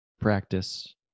practice